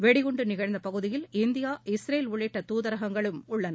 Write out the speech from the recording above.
வெடிகுண்டு நிகழ்ந்த பகுதியில் இந்தியா இஸ்ரேல் உள்ளிட்ட தூதரகங்களும் உள்ளன